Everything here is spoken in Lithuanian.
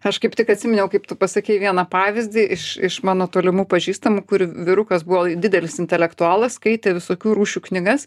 aš kaip tik atsiminiau kaip tu pasakei vieną pavyzdį iš iš mano tolimų pažįstamų kur vyrukas buvo didelis intelektualas skaitė visokių rūšių knygas